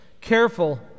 careful